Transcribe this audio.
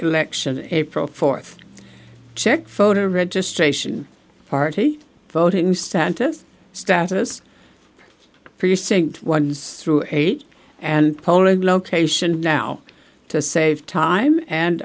election april fourth checked voter registration party voting status status precinct ones through age and polling location now to save time and